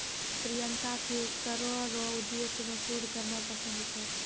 प्रियंका के करो रो उद्देश्य मे शोध करना पसंद छै